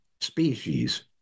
species